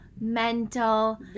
mental